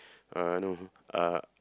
uh no uh